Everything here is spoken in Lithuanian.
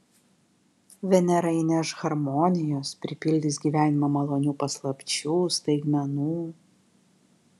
venera įneš harmonijos pripildys gyvenimą malonių paslapčių staigmenų